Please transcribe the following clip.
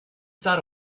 thought